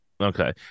Okay